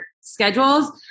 schedules